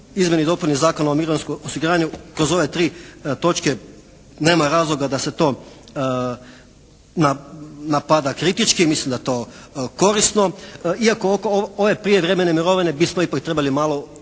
izmjeni i dopuni Zakona o mirovinskom osiguranju kroz ove tri točke nema razloga da se to napada kritički. Mislim da je to korisno iako ove prijevremene mirovine bismo ipak trebali malo ozbiljnije